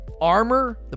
armor